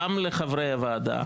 גם לחברי הוועדה,